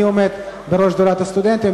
אני עומד בראש שדולת הסטודנטים,